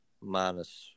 minus